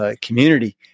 community